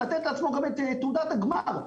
לתת לעצמו גם את תעודת הגמר.